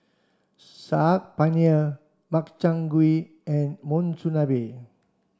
Saag Paneer Makchang Gui and Monsunabe